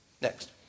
Next